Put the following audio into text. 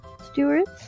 stewards